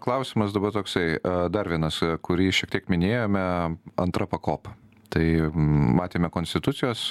klausimas daba toksai dar vienas kurį šiek tiek minėjome antra pakopa tai matėme konstitucijos